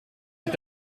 est